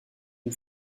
une